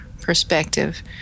perspective